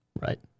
Right